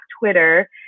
Twitter